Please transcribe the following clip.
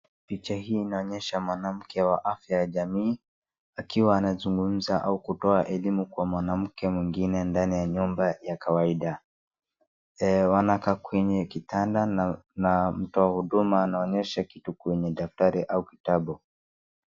Picha hii inaonyesha mwanamke wa afya ya jamii akiwa anazungumza au kutoa elimu kwa mwanamke mwingine ndani ya nyumba ya kawaida. Wanakaa kwenye kitanda na mtu wa huduma anaonyesha kitu kwenye daftari au kitabu.